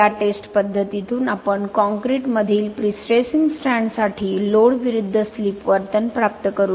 या टेस्ट पद्धतीतून आपण काँक्रीटमधील प्रीस्ट्रेसिंग स्ट्रँडसाठी लोड विरुद्ध स्लिप वर्तन प्राप्त करू